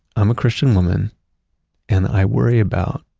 i'm a christian woman and i worry about